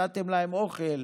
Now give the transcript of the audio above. נתתם להם אוכל